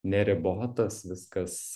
neribotas viskas